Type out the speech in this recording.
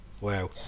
Wow